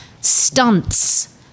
stunts